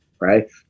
right